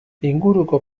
inguruko